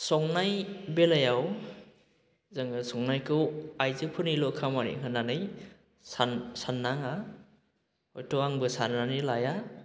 संनाय बेलायाव जोङो संनायखौ आइजोफोरनिल' खामानि होन्नानै सान्नाङा हयथ' आंबो सान्नानै लाया